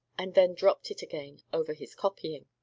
and then dropped it again over his copying.